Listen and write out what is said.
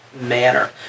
manner